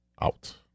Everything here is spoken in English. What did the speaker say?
out